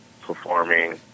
performing